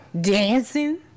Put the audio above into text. Dancing